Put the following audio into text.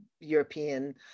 European